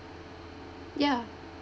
ya